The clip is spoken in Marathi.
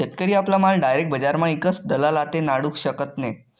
शेतकरी आपला माल डायरेक बजारमा ईकस दलाल आते नाडू शकत नै